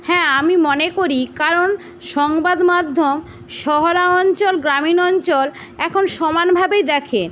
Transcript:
হ্যাঁ আমি মনে করি কারণ সংবাদমাধ্যম শহরাঞ্চল গ্রামীণ অঞ্চল এখন সমানভাবেই দেখে